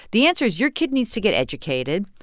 the answer is your kid needs to get educated.